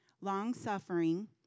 long-suffering